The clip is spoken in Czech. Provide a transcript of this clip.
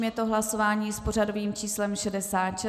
Je to hlasování s pořadovým číslem 66.